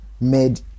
made